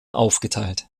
aufgeteilt